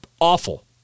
awful